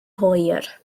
hwyr